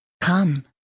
Come